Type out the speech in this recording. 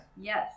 Yes